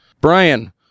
Brian